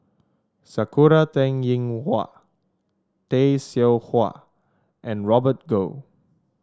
Sakura Teng Ying Hua Tay Seow Huah and Robert Goh